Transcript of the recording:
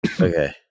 okay